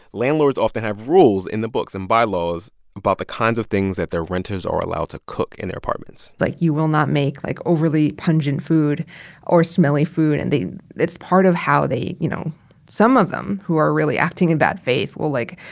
landlords often have rules in the books and bylaws about the kinds of things that their renters are allowed to cook in their apartments like, you will not make, like, overly pungent food or smelly food. and that's part of how they, you know some of them who are really acting in bad faith will, like,